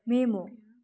memo